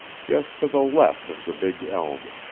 just to the left of the big elm.